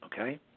Okay